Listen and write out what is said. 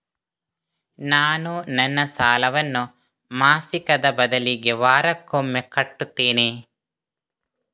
ನಾನು ನನ್ನ ಸಾಲವನ್ನು ಮಾಸಿಕದ ಬದಲಿಗೆ ವಾರಕ್ಕೊಮ್ಮೆ ಕಟ್ಟುತ್ತೇನೆ